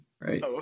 right